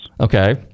Okay